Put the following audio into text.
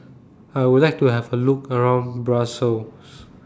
I Would like to Have A Look around Brussels